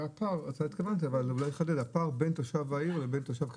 הפער בין תושב העיר לבין תושב חוץ,